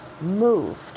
moved